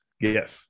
Yes